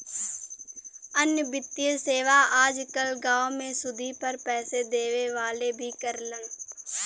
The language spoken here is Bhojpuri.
अन्य वित्तीय सेवा आज कल गांव में सुदी पर पैसे देवे वाले भी करलन